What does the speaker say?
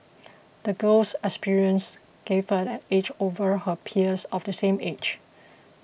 the girl's experiences gave her an edge over her peers of the same age